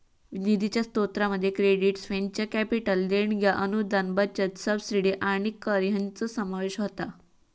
निधीच्या स्रोतांमध्ये credits, venture capital देणग्या, अनुदान, बचत, सबसिडी आणि कर हयांचो समावेश होता